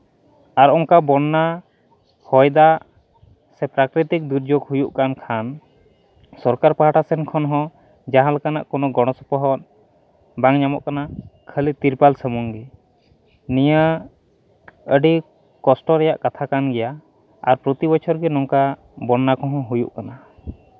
ᱟᱨ ᱚᱱᱠᱟ ᱵᱚᱱᱱᱟ ᱦᱚᱭ ᱫᱟᱜ ᱥᱮ ᱯᱨᱟᱠᱨᱤᱛᱤᱠ ᱫᱩᱨᱡᱳᱜᱽ ᱦᱩᱭᱩᱜ ᱠᱟᱱ ᱠᱷᱟᱱ ᱥᱚᱨᱠᱟᱨ ᱯᱟᱦᱴᱟ ᱥᱮᱱ ᱠᱷᱚᱱ ᱦᱚᱸ ᱡᱟᱦᱟᱸ ᱞᱮᱠᱟᱱᱟᱜ ᱠᱳᱱᱳ ᱜᱚᱲᱚ ᱥᱚᱯᱚᱦᱚᱫ ᱵᱟᱝ ᱧᱟᱢᱚᱜ ᱠᱟᱱᱟ ᱠᱷᱟᱹᱞᱤ ᱛᱤᱨᱯᱚᱞ ᱥᱚᱢᱩᱝ ᱜᱮ ᱱᱤᱭᱟᱹ ᱟᱹᱰᱤ ᱠᱚᱥᱴᱚ ᱨᱮᱭᱟᱜ ᱠᱟᱛᱷᱟ ᱠᱟᱱ ᱜᱮᱭᱟ ᱟᱨ ᱯᱨᱚᱛᱤ ᱵᱚᱪᱷᱚᱨ ᱜᱮ ᱱᱚᱝᱠᱟ ᱵᱚᱱᱱᱟ ᱠᱚᱦᱚᱸ ᱦᱩᱭᱩᱜ ᱠᱟᱱᱟ